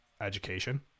education